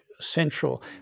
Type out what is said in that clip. central